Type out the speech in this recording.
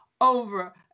over